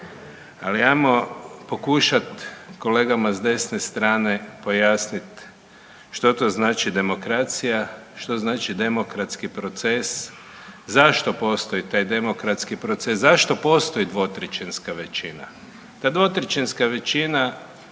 Ali ajmo pokušat kolegama s desne strane pojasnit što to znači demokracija, što znači demokratski proces, zašto postoji taj demokratski proces, zašto postoji 2/3 većina. Ta 2/3 većina